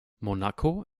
monaco